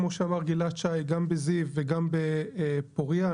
כמו שאמר גלעד גם בבית חולים זיו וגם בבית חולים פורייה.